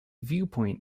viewpoint